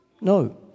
No